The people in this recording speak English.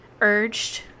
urged